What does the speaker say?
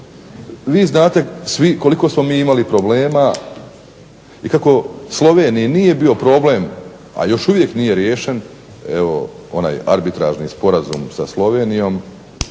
vi znate svi koliko smo mi imali problema i kako Sloveniji nije bio problem, a još uvijek nije riješen, evo onaj arbitražni sporazum sa Slovenijom,